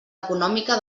econòmica